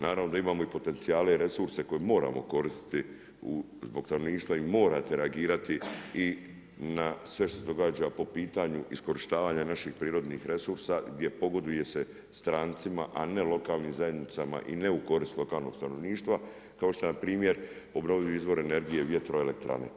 Naravno da imamo i potencijale i resurse koje moramo koristiti zbog stanovništva i morate reagirati na sve što se događa po pitanju iskorištavanja naših prirodnih resursa gdje pogoduje se strancima, a ne lokalnim zajednicama i ne u korist lokalnog stanovništva, kao što je npr. obnovljiv izvor energije vjetroelektrane.